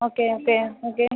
okay okay okay